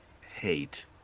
hate